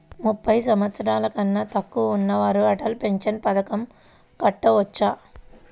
ముప్పై సంవత్సరాలకన్నా తక్కువ ఉన్నవారు అటల్ పెన్షన్ పథకం కట్టుకోవచ్చా?